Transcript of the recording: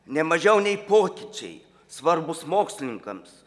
nemažiau nei pokyčiai svarbūs mokslininkams